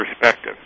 perspective